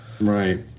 right